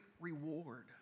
reward